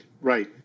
Right